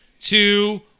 two